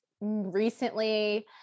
recently